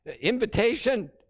invitation